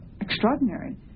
extraordinary